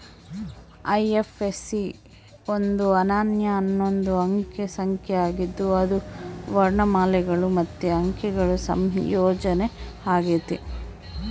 IFSC ಒಂದು ಅನನ್ಯ ಹನ್ನೊಂದು ಅಂಕೆ ಸಂಖ್ಯೆ ಆಗಿದ್ದು ಅದು ವರ್ಣಮಾಲೆಗುಳು ಮತ್ತೆ ಅಂಕೆಗುಳ ಸಂಯೋಜನೆ ಆಗೆತೆ